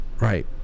Right